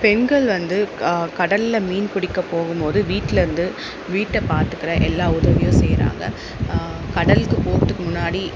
பெண்கள் வந்து கடலில் மீன் பிடிக்க போகும்போது வீட்டில் இருந்து வீட்டை பார்த்துக்குற எல்லா உதவியும் செய்யறாங்க கடலுக்கு போகறதுக்கு முன்னாடி